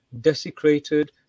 desecrated